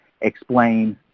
explain